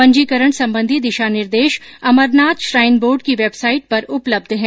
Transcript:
पंजीकरण संबंधी दिशा निर्देश अमरनाथ श्राईन बोर्ड की वेबसाइट पर उपलब्ध है